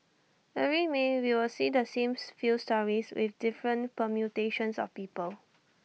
every may we would see the same few stories with different permutations of people